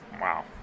Wow